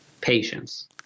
Patience